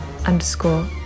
Underscore